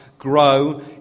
grow